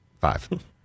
Five